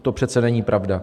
To přece není pravda!